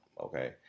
okay